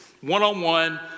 one-on-one